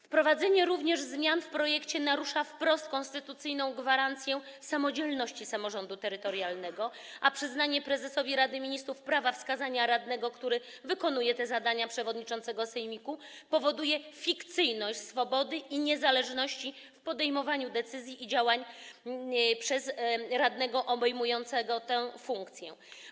Wprowadzenie zmian w projekcie narusza wprost również konstytucyjną gwarancję samodzielności samorządu terytorialnego, a przyznanie prezesowi Rady Ministrów prawa wskazania radnego, który wykonuje zadania przewodniczącego sejmiku, powoduje fikcyjność swobody i niezależności w podejmowaniu decyzji i działań przez radnego obejmującego tę funkcję.